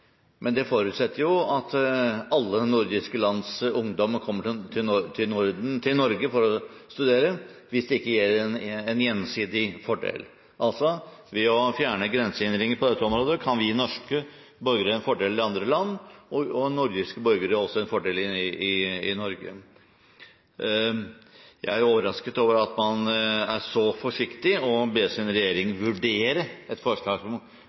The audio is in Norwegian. men det forutsetter at alle de nordiske lands ungdommer kommer til Norge for å studere – hvis det ikke er en gjensidig fordel. Ved å fjerne grensehindringer på dette området kan vi norske borgere ha en fordel i andre land og nordiske borgere også ha en fordel i Norge. Jeg er overrasket over at man er så forsiktig med å be sin regjering vurdere et forslag